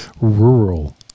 Rural